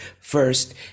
first